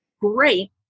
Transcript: great